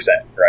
Right